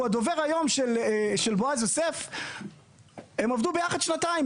שהוא הדובר היום של בועז יוסף הם עבדו ביחד שנתיים,